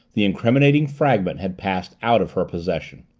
the incriminating fragment had passed out of her possession.